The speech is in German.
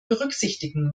berücksichtigen